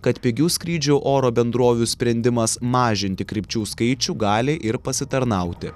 kad pigių skrydžių oro bendrovių sprendimas mažinti krypčių skaičių gali ir pasitarnauti